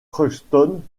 crockston